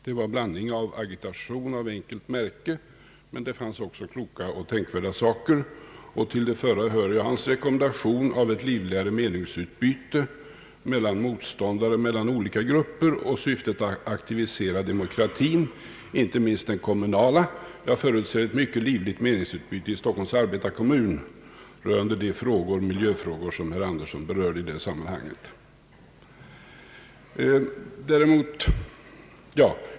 Det var agitation av enkelt märke, men det fanns också kloka och tänkvärda saker. Till det senare hör hans rekommendation av ett livligare meningsutbyte mellan motståndare och mellan olika grupper samt syftet att aktivisera demokratin, inte minst den kommunala. Jag förutser ett mycket livligt meningsutbyte i Stockholms arbetarkommun rörande de miljöfrågor som herr Andersson berörde i det sammanhanget.